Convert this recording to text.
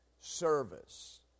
service